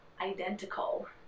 identical